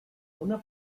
una